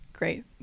Great